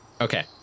Okay